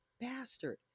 bastard